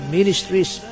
Ministries